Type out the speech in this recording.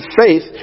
faith